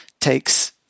takes